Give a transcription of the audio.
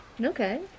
Okay